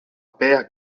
père